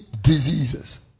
diseases